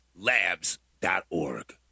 Labs.org